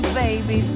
baby